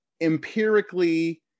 empirically